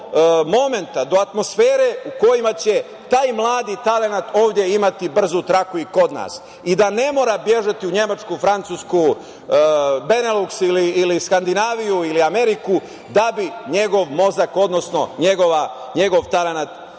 momenta, do atmosfere u kojima će taj mladi talenat ovde imati brzu traku i kod nas i da ne mora bežati u Nemačku, Francusku, Beneluks ili Skandinaviju ili Ameriku da bi njegov mozak odnosno njegov talenat